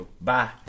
Bye